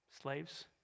Slaves